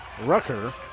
Rucker